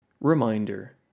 Reminder